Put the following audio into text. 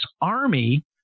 Army